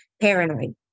Paranoid